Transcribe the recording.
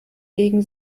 gegen